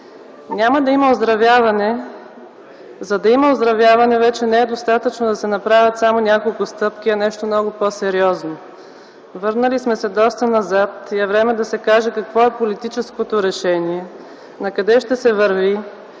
Няма да има оздравяване. За да има оздравяване, вече не е достатъчно да се направят само няколко стъпки, а нещо много по-сериозно. Върнали сме се доста назад и е време да се каже какво е политическото решение, накъде ще се върви